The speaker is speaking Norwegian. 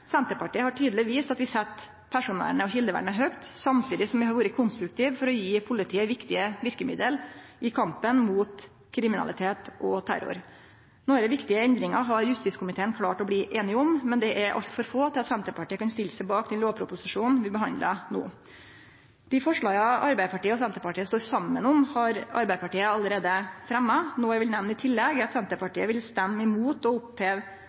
Senterpartiet har tydeleg vist at vi set personvernet og kjeldevernet høgt, samtidig som vi har vore konstruktive for å gje politiet viktige verkemiddel i kampen mot kriminalitet og terror. Nokre viktige endringar har justiskomiteen klart å bli einige om, men det er altfor få til at Senterpartiet kan stille seg bak lovproposisjonen vi behandlar no. Forslaga Arbeidarpartiet og Senterpartiet står saman om, har Arbeidarpartiet allereie fremja. Noko eg vil nemne i tillegg, er at Senterpartiet vil stemme imot å oppheve